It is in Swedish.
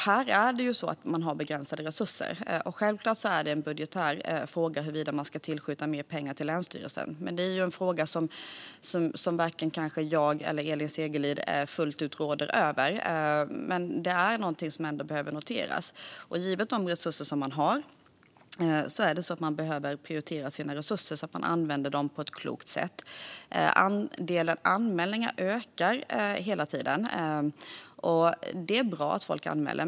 Här har man begränsade resurser, och självklart är det en budgetär fråga huruvida man ska tillskjuta mer pengar till länsstyrelsen. Men det är en fråga som varken jag eller Elin Segerlind fullt ut råder över. Det är dock något som behöver noteras. Givet de resurser man har behöver man prioritera så att man använder dem på ett klokt sätt. Antalet anmälningar ökar hela tiden, och det är bra att folk anmäler.